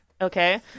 Okay